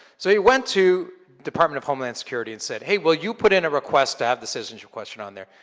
so he went to department of homeland security and said, hey, will you put in a request to have the citizenship question on there?